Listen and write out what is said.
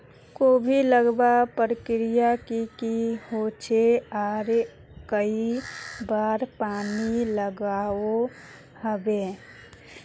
कोबी लगवार प्रक्रिया की की होचे आर कई बार पानी लागोहो होबे?